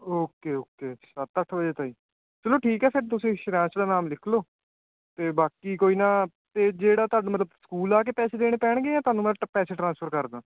okay okay ਸੱਤ ਅੱਠ ਵਜੇ ਤੋਂ ਹੀ ਚਲੋ ਠੀਕ ਆ ਫਿਰ ਤੁਸੀਂ ਸ਼ਰਾਸ਼ ਦਾ ਨਾਮ ਲਿਖ ਲਿਉ ਅਤੇ ਬਾਕੀ ਕੋਈ ਨਾ ਅਤੇ ਜਿਹੜਾ ਤੁਹਾਨੂੰ ਮਤਲਬ ਸਕੂਲ ਆ ਕੇ ਪੈਸੇ ਦੇਣੇ ਪੈਣਗੇ ਜਾਂ ਤੁਹਾਨੂੰ ਮੈਂ ਪੈਸੇ ਟ੍ਰਾਂਸਫਰ ਕਰ ਦਵਾਂ